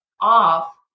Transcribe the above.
off